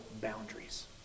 boundaries